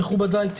מכובדיי,